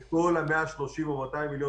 להעביר את כל ה-130 מיליון או 200 מיליון